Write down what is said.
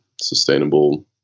sustainable